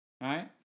right